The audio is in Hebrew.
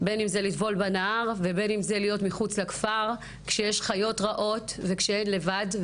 לטבול בנהר או להיות מחוץ לכפר כשיש חיות רעות וכשהן לבד,